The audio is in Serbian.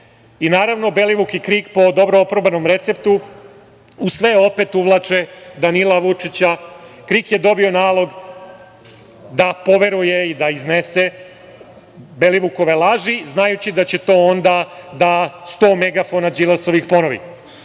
pomenuo. Naravno, i Belivuk i KRIK, po dobro oprobanom receptu u sve opet uvlače Danila Vučića. KRIK je dobio nalog da poveruje i da iznese Belivukove laži, znajući da će to onda da sto megafona Đilasovih,